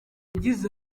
yagize